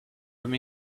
them